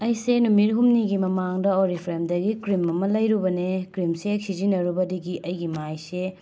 ꯑꯩꯁꯦ ꯅꯨꯃꯤꯠ ꯍꯨꯝꯅꯤꯒꯤ ꯃꯃꯥꯡꯗ ꯑꯣꯔꯤꯐ꯭ꯔꯦꯝꯗꯒꯤ ꯀ꯭ꯔꯤꯝ ꯑꯃ ꯂꯩꯔꯨꯕꯅꯦ ꯀ꯭ꯔꯤꯝꯁꯦ ꯍꯦꯛ ꯁꯤꯖꯤꯟꯅꯔꯨꯕꯗꯒꯤ ꯑꯩꯒꯤ ꯃꯥꯏꯁꯦ